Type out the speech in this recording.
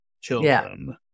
children